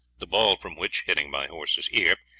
the ball from which, hitting my horse's ear,